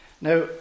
Now